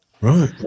Right